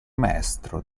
maestro